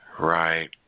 Right